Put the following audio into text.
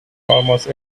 almost